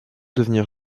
devenir